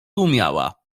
umiała